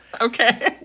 Okay